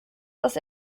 das